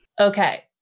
Okay